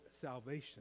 salvation